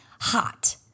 hot